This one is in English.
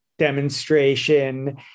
demonstration